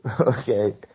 okay